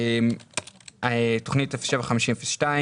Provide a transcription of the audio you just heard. תוכנית 075002